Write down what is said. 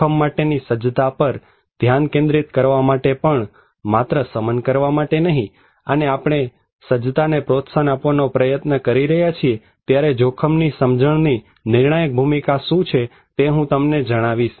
જોખમ માટે ની સજ્જતા પર ધ્યાન કેન્દ્રિત કરવા માટે પણ માત્ર શમન કરવા માટે નહી અને જ્યારે આપણે સજ્જતાને પ્રોત્સાહન આપવાનો પ્રયત્ન કરી રહ્યા છીએ ત્યારે જોખમની સમજણ ની નિર્ણાયક ભૂમિકા શું છે તે હું તમને જણાવીશ